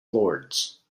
lords